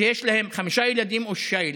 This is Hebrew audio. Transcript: שיש להן חמישה ילדים או שישה ילדים.